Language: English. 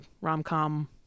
rom-com